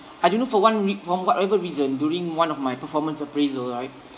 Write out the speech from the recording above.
I don't know for one week for whatever reason during one of my performance appraisal right